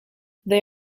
they